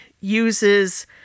uses